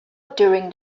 during